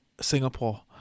Singapore